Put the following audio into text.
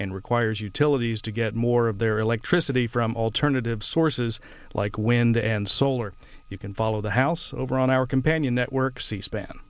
and requires utilities to get more of their electricity from alternative sources like wind and solar you can follow the house over on our companion network c span